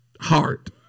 heart